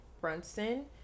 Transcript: Brunson